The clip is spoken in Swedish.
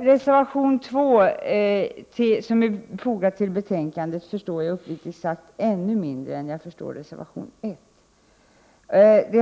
Reservation 2 som är fogad till betänkandet förstår jag uppriktigt sagt ännu mindre av än vad jag förstår av reservation 1.